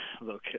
look